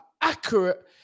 accurate